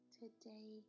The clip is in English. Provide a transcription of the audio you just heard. today